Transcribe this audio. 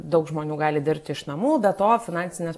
daug žmonių gali dirbti iš namų be to finansinės